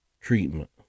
treatment